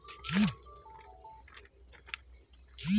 সরকারি ন্যায্য মূল্যে কোন সময় ধান ক্রয় করা হয়?